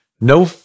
no